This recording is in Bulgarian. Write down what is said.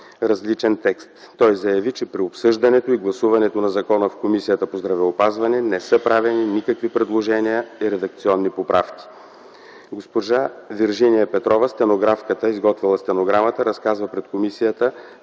различен текст. Той заяви, че при обсъждането и гласуването на закона в Комисията по здравеопазване не са правени никакви предложения и редакционни поправки. Госпожа Виржиния Петрова – стенографката, изготвила стенограмата, разказа пред комисията,